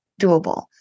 doable